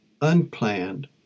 unplanned